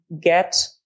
get